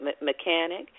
mechanic